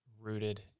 rooted